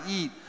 eat